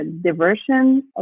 diversion